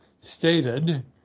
stated